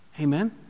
Amen